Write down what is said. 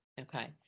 Okay